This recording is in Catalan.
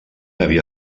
havia